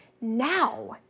now